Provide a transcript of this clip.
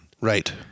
Right